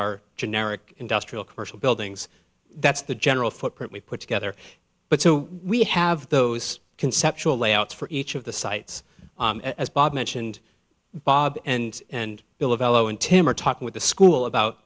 are generic industrial commercial buildings that's the general footprint we put together but so we have those conceptual layouts for each of the sites as bob mentioned bob and and bill of l o n tim are talking with the school about